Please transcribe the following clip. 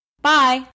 Bye